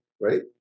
right